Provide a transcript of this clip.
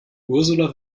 ursula